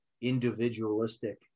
individualistic